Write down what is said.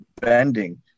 bending